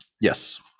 Yes